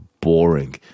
boring